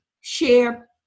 share